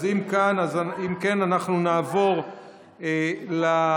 אם כן, אנחנו נעבור להצבעות.